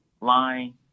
line